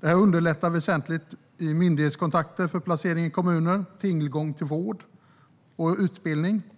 Det underlättar väsentligt vid myndighetskontakter, för placering i kommuner, tillgång till vård och utbildning.